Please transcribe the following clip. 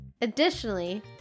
Additionally